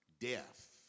death